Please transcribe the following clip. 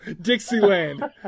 Dixieland